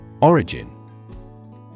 Origin